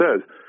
says